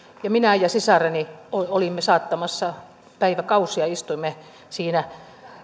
ja minä ja sisareni olimme saattamassa päiväkausia istuimme siinä